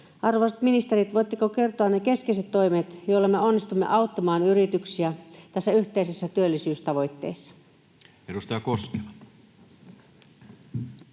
Arvoisat ministerit, voitteko kertoa ne keskeiset toimet, joilla me onnistumme auttamaan yrityksiä tässä yhteisessä työllisyystavoitteessa? Edustaja Koskela.